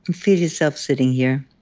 um feel yourself sitting here.